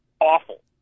awful